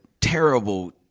terrible